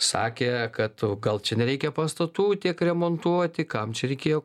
sakė kad gal čia nereikia pastatų tiek remontuoti kam čia reikėjo